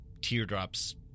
teardrops